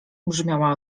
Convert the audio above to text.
brzmiała